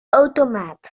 automaat